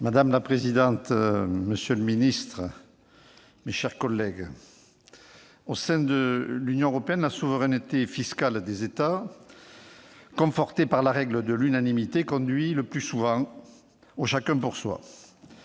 Madame la présidente, monsieur le ministre, mes chers collègues, au sein de l'Union européenne, la souveraineté fiscale des États, confortée par la règle de l'unanimité, conduit le plus souvent au chacun pour soi.